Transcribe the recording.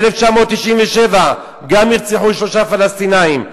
ב-1997 גם נרצחו שלושה פלסטינים.